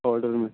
order میں